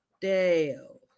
Dale